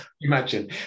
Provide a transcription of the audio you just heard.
Imagine